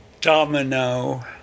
Domino